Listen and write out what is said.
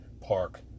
park